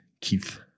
Keith